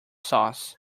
sauce